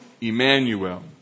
Emmanuel